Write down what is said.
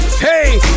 Hey